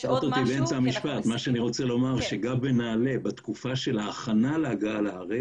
אני רוצה לומר שגם בנעל"ה בתקופה של ההכנה לארץ,